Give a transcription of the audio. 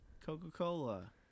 Coca-Cola